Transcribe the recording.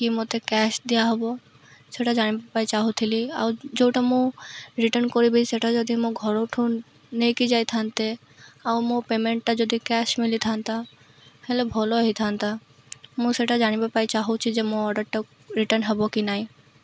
କି ମୋତେ କ୍ୟାସ୍ ଦିଆହେବ ସେଟା ଜାଣିବା ପାଇଁ ଚାହୁଁଥିଲି ଆଉ ଯେଉଁଟା ମୁଁ ରିଟର୍ଣ୍ଣ କରିବି ସେଟା ଯଦି ମୋ ଘରଠୁ ନେଇକି ଯାଇଥାନ୍ତେ ଆଉ ମୋ ପେମେଣ୍ଟଟା ଯଦି କ୍ୟାସ୍ ମିଲିଥାନ୍ତା ହେଲେ ଭଲ ହୋଇଥାନ୍ତା ମୁଁ ସେଟା ଜାଣିବା ପାଇଁ ଚାହୁଁଛି ଯେ ମୋ ଅର୍ଡ଼ର୍ଟା ରିଟର୍ଣ୍ଣ ହେବ କି ନାଇଁ